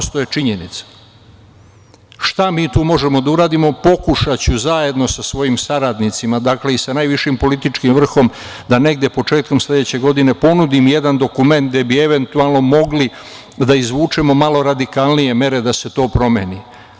Šta mi tu možemo da uradimo, pokušaću zajedno sa svojim saradnicima, dakle i sa najvišim političkim vrhom da negde početkom sledeće godine ponudim jedan dokument gde bi eventualno mogli da izvučemo malo radikalnije mere da se to promeni.